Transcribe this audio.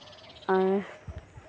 ᱟᱨ